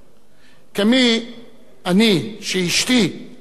אני, שאשתי היא בת המושב